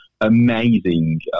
amazing